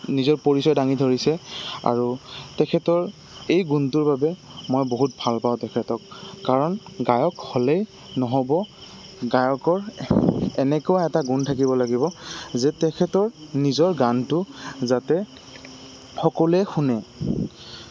নিজৰ পৰিচয় দাঙি ধৰিছে আৰু তেখেতৰ এই গুণটোৰ বাবে মই বহুত ভাল পাওঁ তেখেতক কাৰণ গায়ক হ'লেই নহ'ব গায়কৰ এনেকুৱা এটা গুণ থাকিব লাগিব যে তেখেতৰ নিজৰ গানটো যাতে সকলোৱে শুনে